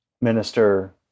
minister